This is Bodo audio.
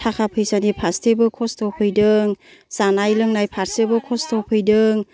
थाखा फैसानि फारसेबो खष्ट फैदों जानाय लोंनाय फारसेबो खष्ट फैदों